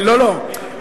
יום שישי.